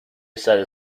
sat